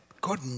God